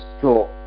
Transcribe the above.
thought